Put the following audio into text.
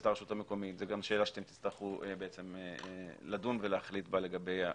זאת גם שאלה שאתם תצטרכו לדון ולהחליט בה לגבי זה.